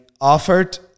offered